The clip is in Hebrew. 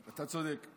אתה צודק.